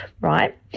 Right